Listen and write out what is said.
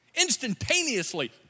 instantaneously